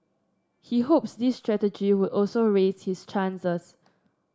he hopes this strategy would also raise his chances